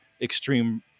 extreme